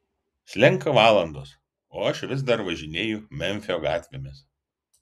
slenka valandos o aš vis dar važinėju memfio gatvėmis